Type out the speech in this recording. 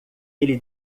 ele